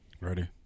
ready